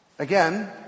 Again